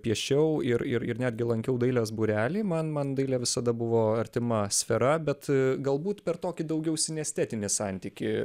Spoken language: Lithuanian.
piešiau ir ir ir netgi lankiau dailės būrelį man man dailė visada buvo artima sfera bet galbūt per tokį daugiau sinestetinį santykį